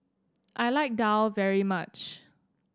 I like Daal very much